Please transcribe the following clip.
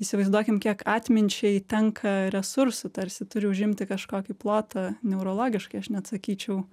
įsivaizduokim kiek atminčiai tenka resursų tarsi turi užimti kažkokį plotą neurologiškai aš net sakyčiau